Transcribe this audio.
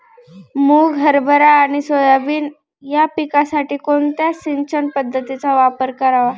मुग, हरभरा आणि सोयाबीन या पिकासाठी कोणत्या सिंचन पद्धतीचा वापर करावा?